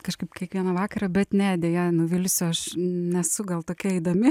kažkaip kiekvieną vakarą bet ne deja nuvilsiu aš nesu gal tokia įdomi